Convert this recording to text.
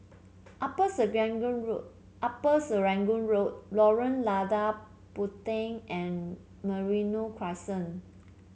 Upper Serangoon Road Upper Serangoon Road Lorong Lada Puteh and Merino Crescent